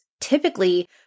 typically